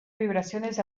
vibraciones